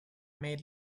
made